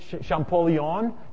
Champollion